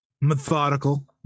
methodical